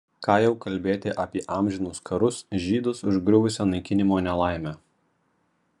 ką jau kalbėti apie amžinus karus žydus užgriuvusią naikinimo nelaimę